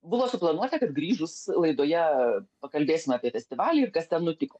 buvo suplanuota kad grįžus laidoje pakalbėsime apie festivalį ir kas ten nutiko